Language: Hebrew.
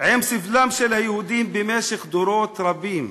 עם סבלם של היהודים במשך דורות רבים.